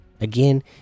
again